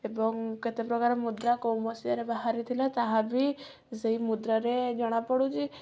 ଏବଂ କେତେ ପ୍ରକାର ମୁଦ୍ରା କେଉଁ ମସିହାରେ ବାହାରିଥିଲା ତାହା ବି ସେଇ ମୁଦ୍ରାରେ ଜଣାପଡୁଛି